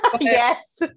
yes